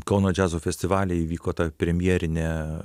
kauno džiazo festivalyje įvyko ta premjerinė